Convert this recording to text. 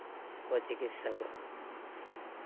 ᱠᱚ ᱪᱤᱠᱤᱛᱥᱟ ᱠᱚᱣᱟ